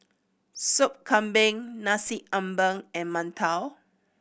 Sop Kambing Nasi Ambeng and mantou